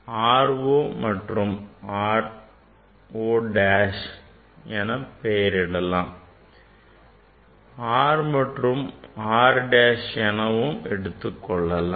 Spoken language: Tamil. R 0 and R 0 dash என பெயரிடலாம் அல்லது R and R dash எனவும் எடுத்துக்கொள்ளலாம்